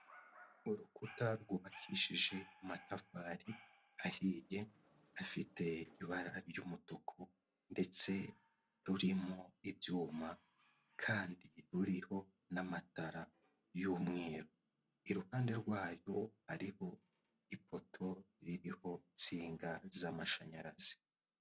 Urukuta rwubakishije amatafari ahiye, afite ibara ry'umutuku, ndetse rurimo ibyuma, kandi ruho n'amatara y'umweru, i ruhande rwayo ariho ipoto ririho insinga z'amashanyarazi.